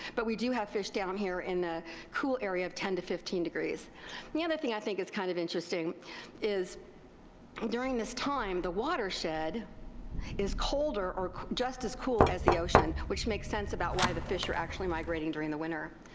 but we do have fish down here in the cool area of ten to fifteen degrees. and the other thing i think is kind of interesting is during this time the watershed is colder or just as cool as the ocean, which makes sense about why the fish are actually migrating during the winter.